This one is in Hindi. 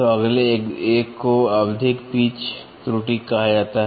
तो अगले एक को आवधिक पिच त्रुटि कहा जाता है